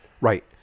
Right